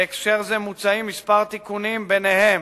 בהקשר זה מוצעים מספר תיקונים, וביניהם: